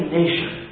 nation